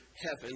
Heaven